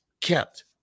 kept